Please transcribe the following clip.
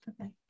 okay